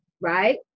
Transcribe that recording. right